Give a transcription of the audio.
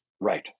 Right